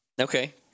Okay